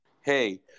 Hey